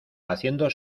haciendo